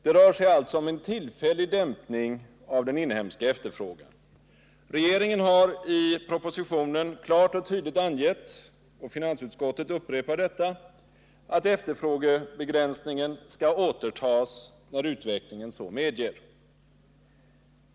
Det rör sig alltså om en tillfällig dämpning av den inhemska efterfrågan. Regeringen har i propositionen klart och tydligt angett — och finansutskottet upprepar detta — att efterfrågebegränsningen skall återtas när utvecklingen så medger.